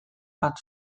bat